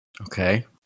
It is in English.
okay